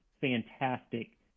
fantastic